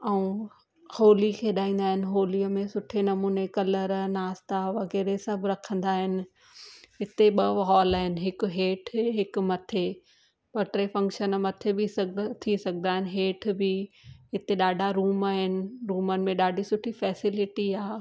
ऐं होली खेॾाईंदा आहिनि होलीअ में सुठे नमूने कलर नास्ता वग़ैरह सभु रखंदा आहिनि हिते ॿ हॉल आहिनि हिकु हेठि ए हिकु मथे ॿ टे फंक्शन मथे बि सभु थी सघंदा आहिनि हेठि बि हिते ॾाढा रूम आहिनि रूमनि में ॾाढी सुठी फैसिलिटी आहे